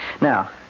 Now